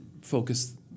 focus